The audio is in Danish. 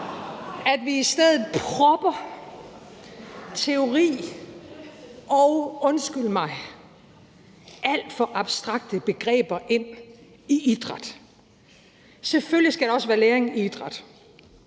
at vi i stedet propper teori og – undskyld mig – alt for abstrakte begreber ind i idræt? Selvfølgelig skal der også være læring i idræt,